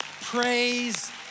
praise